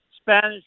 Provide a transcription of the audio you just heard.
Spanish